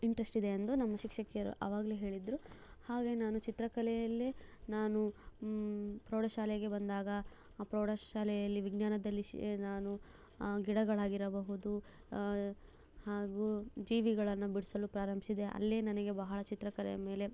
interest ಇದೆ ಎಂದು ನಮ್ಮ ಶಿಕ್ಷಕಿಯರು ಆವಾಗಲೇ ಹೇಳಿದ್ರು ಹಾಗೆ ನಾನು ಚಿತ್ರಕಲೆಯಲ್ಲೇ ನಾನು ಪ್ರೌಢಶಾಲೆಗೆ ಬಂದಾಗ ಪ್ರೌಢಶಾಲೆಯಲ್ಲಿ ವಿಜ್ಞಾನದಲ್ಲಿ ಶಿ ನಾನು ಗಿಡಗಳಾಗಿರಬಹುದು ಹಾಗೂ ಜೀವಿಗಳನ್ನು ಬಿಡಿಸಲು ಪ್ರಾರಂಭಿಸಿದೆ ಅಲ್ಲೇ ನನಗೆ ಬಹಳ ಚಿತ್ರಕಲೆಯ ಮೇಲೆ